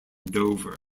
dover